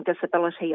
disability